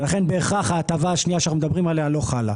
לכן בהכרח הטבה השנייה שאנחנו מדברים עליה לא חלה.